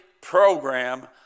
program